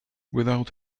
without